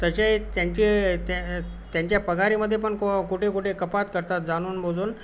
तसे त्यांचे त्या त्यांच्या पगारामध्ये पण को कुठे कुठे कपात करतात जाणूनबुजून